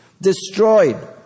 destroyed